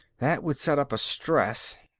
that would set up a stress.